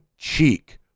cheek